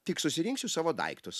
tik susirinksiu savo daiktus